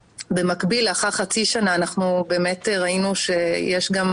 במקביל לאחר חצי שנה באמת הבנו שיש לנו גם